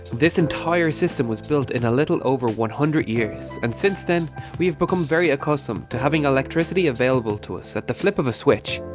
this entire system was built in a little over one hundred years and since then we have become very accustomed to having electricity available to us at the flip of a switch,